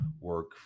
work